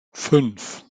fünf